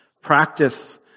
Practice